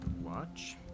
watch